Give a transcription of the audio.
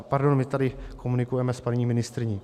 Pardon, my tady komunikujeme s paní ministryní.